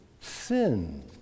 sin